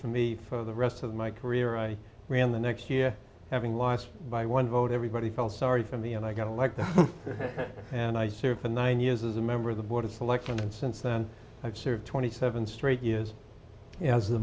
for me for the rest of my career i ran the next year having lost by one vote everybody felt sorry for me and i got like that and i served in nine years as a member of the board of selectmen and since then i've served twenty seven straight years as the